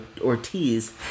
Ortiz